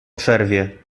przerwie